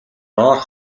доорх